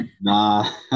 Nah